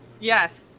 Yes